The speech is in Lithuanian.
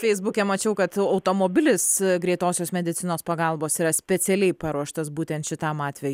feisbuke mačiau kad automobilis greitosios medicinos pagalbos yra specialiai paruoštas būtent šitam atvej